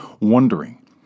wondering